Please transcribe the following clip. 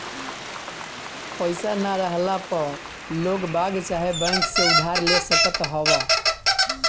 पईसा ना रहला पअ लोगबाग चाहे बैंक से उधार ले सकत हवअ